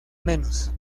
menos